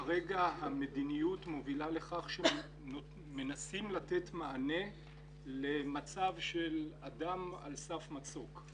כרגע המדיניות מובילה לכך שמנסים לתת מענה למצב של אדם על סף מצוק.